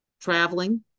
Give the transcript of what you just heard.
traveling